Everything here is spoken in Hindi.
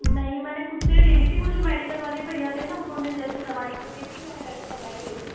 नहीं मैं ने खुद से ले ली थी वो जो मेडिकल वाले भैया थे ना उन्होंने जैसी दवाई लिख दी मैंने वैसी दवाई ले ली